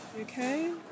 okay